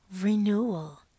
renewal